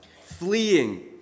fleeing